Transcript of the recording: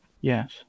yes